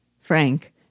Frank